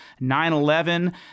9-11